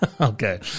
Okay